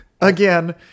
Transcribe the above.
Again